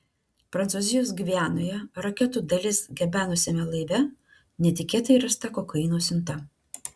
prancūzijos gvianoje raketų dalis gabenusiame laive netikėtai rasta kokaino siunta